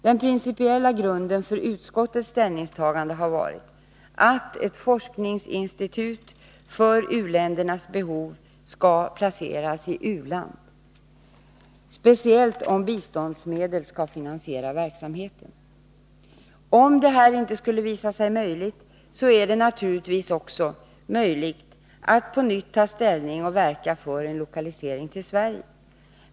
Den principiella grunden för utskottets ställningstagande har varit att ett forskningsinstitut för u-ländernas behov skall placeras i ett u-land, speciellt om biståndsmedel skall finansiera verksamheten. Om det skulle visa sig att detta inte är möjligt kan man naturligtvis på nytt ta ställning och verka för en lokalisering till Sverige.